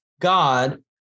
God